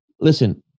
listen